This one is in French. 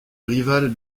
rival